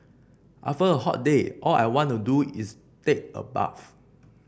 after a hot day all I want to do is take a bath